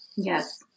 Yes